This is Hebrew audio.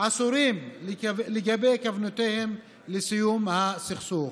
עשורים לגבי כוונותיהן לסיום הסכסוך.